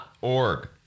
org